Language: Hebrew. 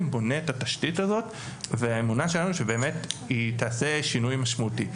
בונה את התשתית הזאת והאמונה שלנו שבאמת היא תעשה שינוי משמעותי.